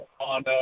on